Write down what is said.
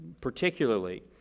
particularly